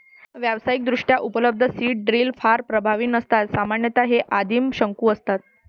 व्यावसायिकदृष्ट्या उपलब्ध seed drill फार प्रभावी नसतात सामान्यतः हे आदिम शंकू असतात